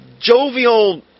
jovial